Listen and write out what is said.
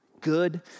Good